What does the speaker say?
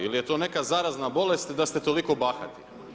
Il je to neka zarazna bolest da ste toliko bahati?